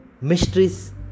mysteries